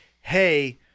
hey